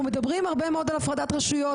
אנחנו מדברים הרבה מאוד על הפרדת רשויות,